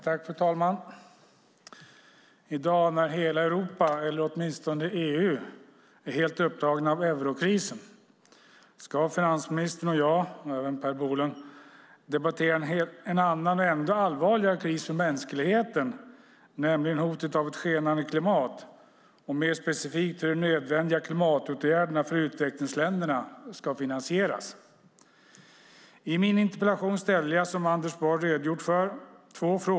Fru talman! I dag när hela Europa, eller åtminstone EU, är helt upptagna av eurokrisen ska finansministern och jag, och även Per Bolund, debattera en annan och allvarligare kris för mänskligheten, nämligen hotet av ett skenande klimat, och mer specifikt hur de nödvändiga klimatåtgärderna för utvecklingsländerna ska finansieras. I min interpellation ställde jag, som Anders Borg redogjorde för, två frågor.